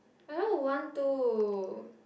I don't want to